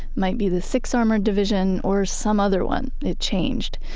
might be the sixth armored division or some other one, it changed.